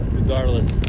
regardless